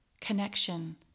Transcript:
connection